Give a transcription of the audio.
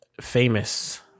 famous